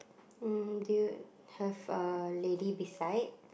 um do you have a lady beside